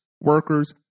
workers